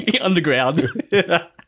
Underground